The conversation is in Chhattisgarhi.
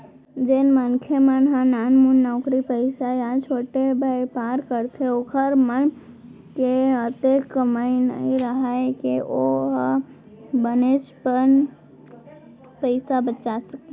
जेन मनखे मन ह नानमुन नउकरी पइसा या छोटे बयपार करथे ओखर मन के अतेक कमई नइ राहय के ओ ह बनेचपन पइसा बचा सकय